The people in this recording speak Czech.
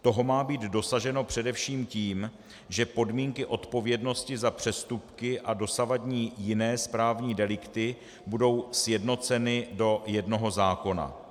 Toho má být dosaženo především tím, že podmínky odpovědnosti za přestupky a dosavadní jiné správní delikty budou sjednoceny do jednoho zákona.